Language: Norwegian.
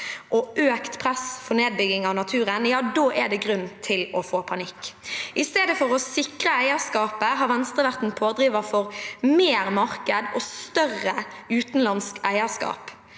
og økt press for nedbygging av naturen – ja, da er det grunn til å få panikk. I stedet for å sikre eierskapet har Venstre vært en pådriver for mer marked og større utenlandsk eierskap.